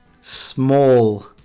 small